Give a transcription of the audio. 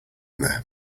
there